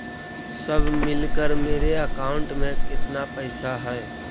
सब मिलकर मेरे अकाउंट में केतना पैसा है?